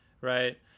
right